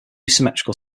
symmetrical